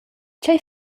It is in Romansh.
tgei